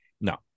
No